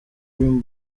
dream